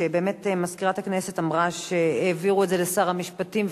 שבאמת מזכירת הכנסת אמרה שהעבירו את זה לשר המשפטים,